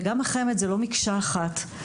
וגם חמ"ד הוא לא מקשה אחת.